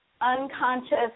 unconscious